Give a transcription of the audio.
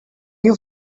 you